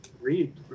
read